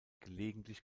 gelegentlich